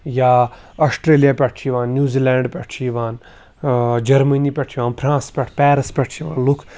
یا آسٹرٛیلیا پٮ۪ٹھ چھِ یِوان نِوزِلینٛڈ پٮ۪ٹھ چھِ یِوان جٔرمٔنی پٮ۪ٹھ چھِ یِوان فرٛانٛس پٮ۪ٹھ پیرس پٮ۪ٹھ چھِ یِوان لُکھ